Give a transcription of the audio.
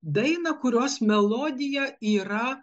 dainą kurios melodija yra